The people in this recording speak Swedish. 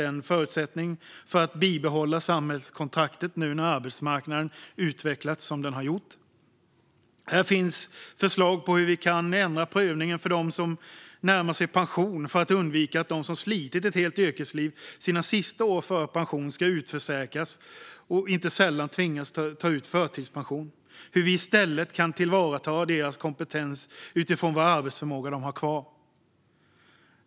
Detta är en förutsättning för att bibehålla samhällskontraktet nu när arbetsmarknaden utvecklats som den har gjort. Här finns förslag på hur vi kan ändra prövningen för dem som närmar sig pension för att undvika att de som slitit ett helt yrkesliv, och som inte sällan tvingas att ta ut förtidspension, utförsäkras under sina sista år före pension och på hur vi i stället kan tillvarata deras kompetens utifrån vilken arbetsförmåga de har kvar.